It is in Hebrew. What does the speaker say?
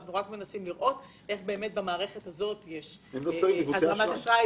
אנחנו רק מנסים לראות איך במערכת הזאת יש הזרמת אשראי,